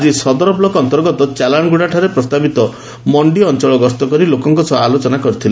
ଆକି ସଦର ବ୍ଲକ ଅନ୍ତର୍ଗତ ଚାଲାଣଗୁଡ଼ାରେ ପ୍ରସ୍ତାବିତ ମଣ୍ଡି ଅଂଚଳ ଗସ୍ତ କରି ଲୋକଙ୍କ ସହ ଆଲୋଚନା କରିଥିଲେ